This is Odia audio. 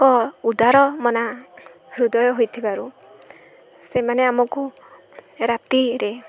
ଏକ ଉଦାର ମନା ହୃଦୟ ହୋଇଥିବାରୁ ସେମାନେ ଆମକୁ ରାତିରେ